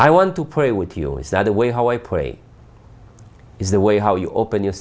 i want to pray with you is that the way how i pray is the way how you open your